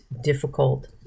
difficult